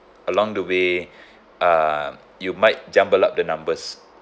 along the way uh you might jumble up the numbers